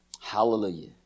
Hallelujah